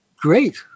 Great